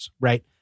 right